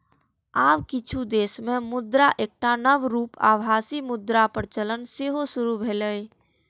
आब किछु देश मे मुद्राक एकटा नव रूप आभासी मुद्राक प्रचलन सेहो शुरू भेलैए